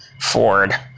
Ford